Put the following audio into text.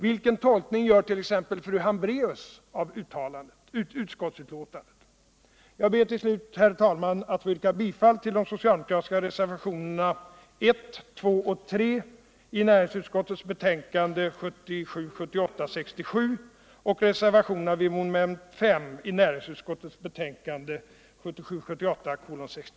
Vilken tolkning gör 1. ex. fru Hambraeus av utskottsbetänkandet?